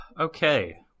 okay